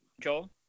Joel